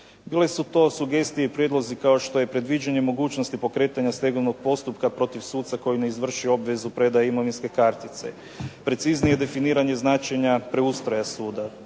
Bile su to sugestije i prijedlozi kao što je predviđanje mogućnosti pokretanja stegovnog postupka protiv suca koji ne izvrši obvezu predaje imovinske kartice. Preciznije, definiranje značenja preustroja suda,